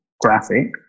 graphic